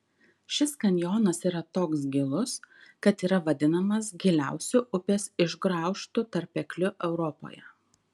šis kanjonas yra toks gilus kad yra vadinamas giliausiu upės išgraužtu tarpekliu europoje